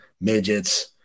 midgets